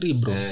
bro